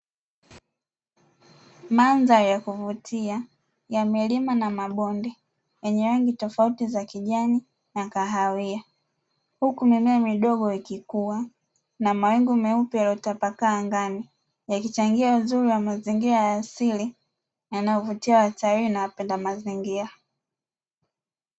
Mandhari ya kuvutia yenye milima na mabonde, yenye rangi tofauti za kijani na kahawia, huku mimea midogo ikikua na mawingu meupe yaliyotapakaa angani yakichangia uzuri wa mazingira ya asili yanayovutia watalii na wapenda mazingira.